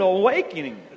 awakening